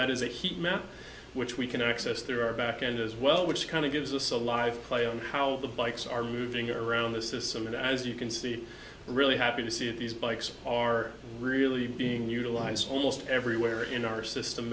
that is a heat map which we can access through our backend as well which kind of gives us a live play on how the bikes are moving around the system and as you can see really happy to see these bikes are really being utilized almost everywhere in our system